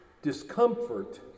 Discomfort